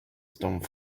stone